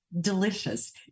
delicious